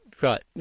Right